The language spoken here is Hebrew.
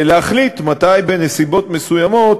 להחליט מתי בנסיבות מסוימות